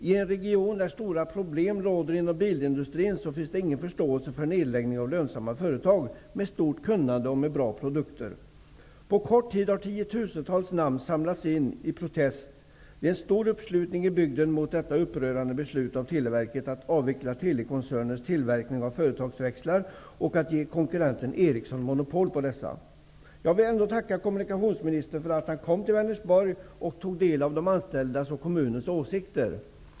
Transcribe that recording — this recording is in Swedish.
I en region där stora problem råder inom bilindustrin finns ingen förståelse för nedläggning av lönsamma företag med stort kunnande och bra produkter. På kort tid har tiotusentals namn samlats in i protest. Det är en stor uppslutning i bygden mot detta upprörande beslut av Televerket att avveckla Telekoncernens tillverkning av företagsväxlar och att ge konkurrenten Ericsson monopol på dessa. Jag vill ändå tacka kommunikationsministern för att han kom till Vänersborg och tog del av de anställdas och kommunens åsikter.